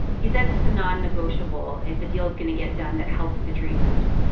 he says it's a non-negotiable if a deal is going to get done that helps the dreamers.